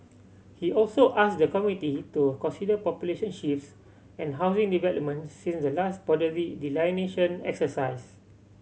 he also asked the committee to consider population shifts and housing developments since the last boundary delineation exercise